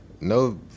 No